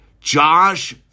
Josh